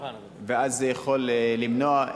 ואז זה יכול למנוע,